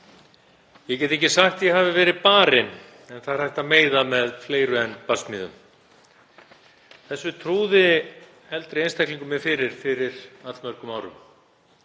„Ég get ekki sagt að ég hafi verið barinn, en það er hægt að meiða með fleiru en barsmíðum.“ Þessu trúði eldri einstaklingur mér fyrir fyrir allmörgum árum